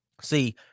See